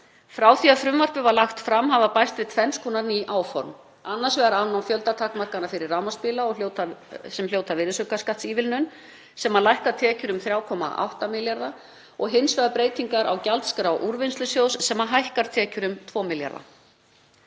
Frá því að frumvarpið var lagt fram hafa bæst við tvenns konar ný áform, annars vegar afnám fjöldatakmarkana fyrir rafmagnsbíla sem hljóta virðisaukaskattsívilnun sem lækkar tekjur um 3,8 milljarða og hins vegar breytingar á gjaldskrá Úrvinnslusjóðs sem hækkar tekjur um 2 milljarða.